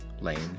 Lane